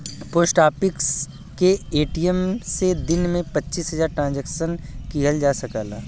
post office के ATM से दिन में पचीस हजार ट्रांसक्शन किहल जा सकला